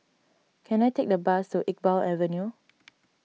can I take a bus to Iqbal Avenue